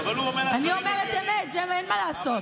אני אומרת אמת, אין מה לעשות.